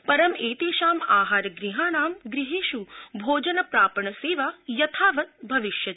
पर एतेषां आहारगृहाणां गृहेषु भोजनप्रापणसेवा यथावत् भविष्यति